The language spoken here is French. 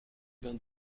vingt